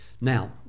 Now